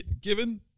given